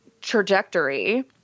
trajectory